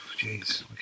jeez